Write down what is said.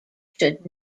should